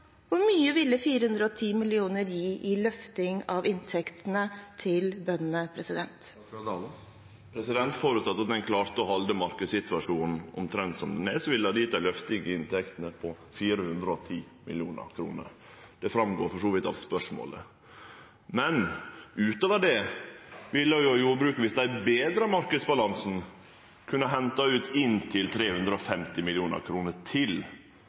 hvor mye ville 410 mill. kr gi i løfting av inntektene til bøndene? Under føresetnad av at ein klarte å halde marknadssituasjonen omtrent som han er, ville det løfte inntektene med 410 mill. kr. Det går for så vidt fram av spørsmålet. Men utover det ville jordbruket dersom dei betra marknadsbalansen, kunna hente ut inntil 350 mill. kr til.